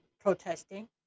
protesting